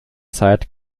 zeit